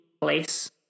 place